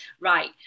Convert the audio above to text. right